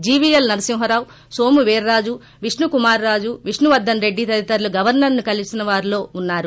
జీవీఎల్ నరసింహరావు నోమువీర్రాజు విష్ణుకుమార్రాజు విష్ణువర్దన్ రెడ్డి తదితరులు గవర్సర్ను కలిసిన వారిలో ఉన్నారు